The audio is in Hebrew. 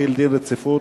נתקבלה.